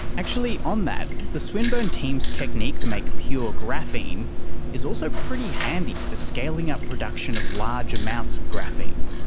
actually, on that, the swinburne team's technique to make pure graphene is also pretty handy for scaling up production of large amounts of graphene,